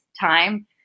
time